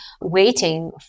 waiting